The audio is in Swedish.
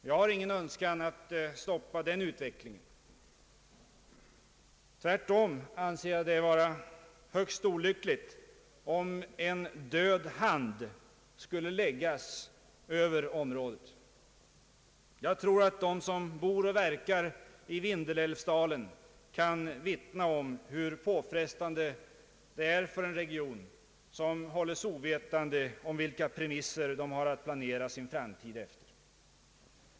Jag har ingen önskan att stoppa den utvecklingen. Tvärtom anser jag det skulle vara högst olyckligt om en död hand skulle läggas över området. Jag tror dock att de som bor och verkar i Vindelälvsdalen kan vittna om hur påfrestande det är för en region som hålles ovetande om vilka premisser man har att planera sin framtid efter.